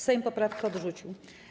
Sejm poprawkę odrzucił.